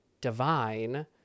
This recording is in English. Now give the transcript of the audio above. divine